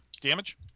Damage